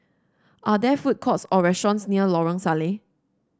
are there food courts or restaurants near Lorong Salleh